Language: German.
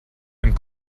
dem